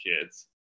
kids